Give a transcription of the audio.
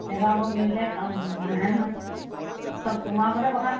লেবাৰবোৰক নিদিলে কাম নাহে নহয় সব তোমাৰ ওপৰতহে কথা